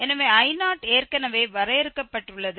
எனவே I0 ஏற்கனவே வரையறுக்கப்பட்டுள்ளது